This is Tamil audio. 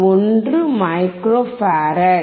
1 மைக்ரோ ஃபாரட்